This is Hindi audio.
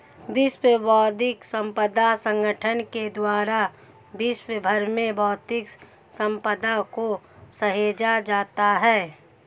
विश्व बौद्धिक संपदा संगठन के द्वारा विश्व भर में बौद्धिक सम्पदा को सहेजा जाता है